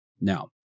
Now